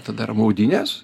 tada yra maudynės